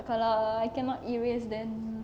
kalau I cannot erase then